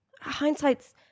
hindsight's